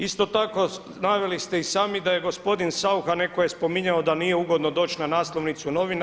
Isto tako, naveli ste i sami da je gospodin Saucha netko je spominjao da nije ugodno doći na naslovnicu novina.